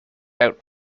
out